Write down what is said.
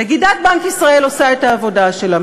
נגידת בנק ישראל עושה את העבודה שלה,